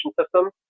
system